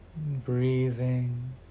Breathing